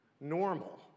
Normal